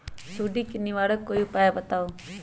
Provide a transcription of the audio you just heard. सुडी से निवारक कोई उपाय बताऊँ?